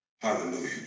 Hallelujah